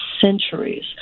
centuries